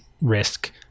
risk